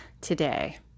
today